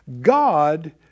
God